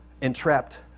entrapped